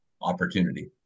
opportunity